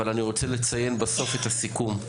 אבל אני רוצה לציין בסוף את הסיכום.